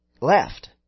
left